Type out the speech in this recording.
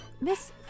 miss